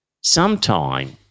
Sometime